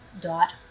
dot